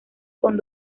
con